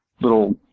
little